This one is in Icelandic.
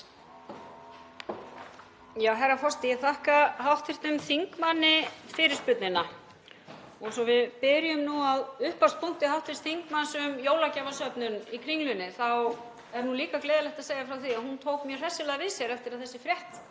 Herra forseti. Ég þakka hv. þingmanni fyrirspurnina. Svo við byrjum nú á upphafspunkti hv. þingmanns um jólagjafasöfnun í Kringlunni þá er gleðilegt að segja frá því að hún tók mjög hressilega við sér eftir að þessi frétt